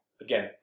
again